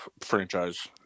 franchise